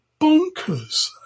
bonkers